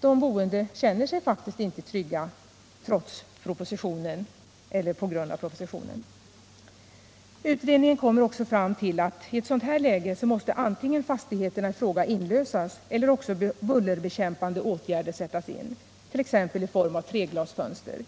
De boende känner sig faktiskt inte trygga trots propositionen — eller på grund av propositionen. Utredningen kommer också fram till att antingen måste fastigheterna i fråga inlösas eller också bullerbekämpande åtgärder sättas in, t.ex. i form av treglasfönster.